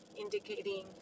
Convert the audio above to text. indicating